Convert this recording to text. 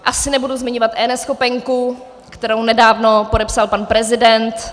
Asi nebudu zmiňovat eNeschopenku, kterou nedávno podepsal pan prezident.